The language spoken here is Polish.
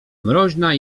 mroźna